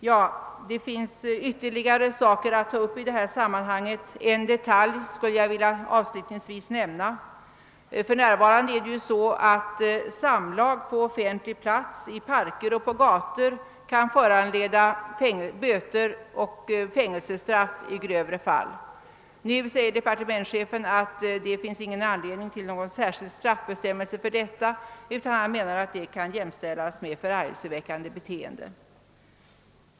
Det är ytterligare saker som borde tas upp i detta sammanhang — en detalj vill jag avslutningsvis nämna. För närvarande är det ju så att samlag på offentlig plats, i parker och på gator kan föranleda böter och fängelsestraff i grövre fall. Departementschefen uttalar nu att det inte finns anledning att ha någon särskild straffbestämmelse för sådana fall, utan han menar att dessa kan jämställas med förargelseväckande beteende.